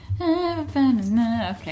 Okay